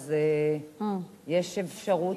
אז יש אפשרות,